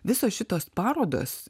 visos šitos parodos